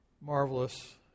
marvelous